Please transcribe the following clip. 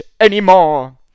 anymore